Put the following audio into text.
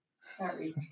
Sorry